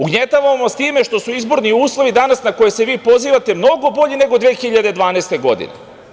Ugnjetavamo vas time što su izborni uslovi danas na koje se vi pozivate mnogo bolji nego 2012. godine?